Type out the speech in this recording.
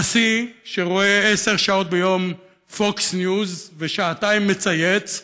נשיא שרואה עשר שעות ביום Fox News ושעתיים מצייץ,